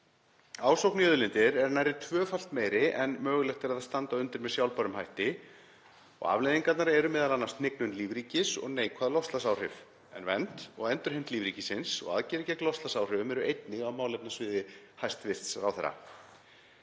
Ásókn í auðlindir er nærri tvöfalt meiri en mögulegt er að standa undir með sjálfbærum hætti og afleiðingarnar eru m.a. hnignun lífríkis og neikvæð loftslagsáhrif, en vernd og endurheimt lífríkisins og aðgerðir gegn loftslagsáhrifum eru einnig á málefnasviði hæstv. ráðherra.